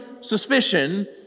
suspicion